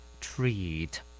treat